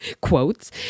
quotes